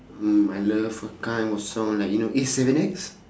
mm I love the kind of song like you know A seven X